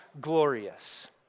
glorious